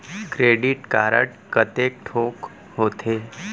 Credit card कतेक ठोक होथे?